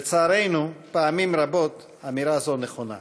לצערנו, פעמים רבות אמירה זו נכונה.